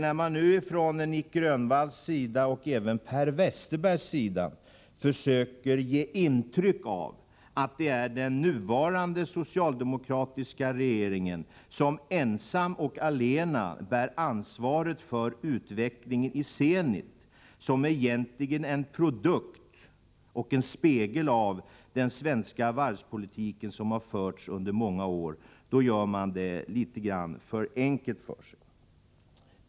När nu Nic Grönvall och även Per Westerberg försöker ge intryck av att det är den nuvarande socialdemokratiska regeringen som ensam och allena bär ansvaret för utvecklingen i Zenit, som egentligen är en produkt och en spegel av den svenska varvspolitik som förts under många år, gör man det litet för enkelt för sig.